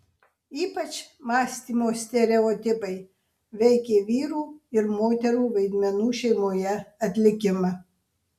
ypač mąstymo stereotipai veikė vyrų ir moterų vaidmenų šeimoje atlikimą